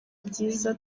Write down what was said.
byiza